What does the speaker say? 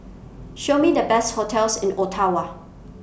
Show Me The Best hotels in Ottawa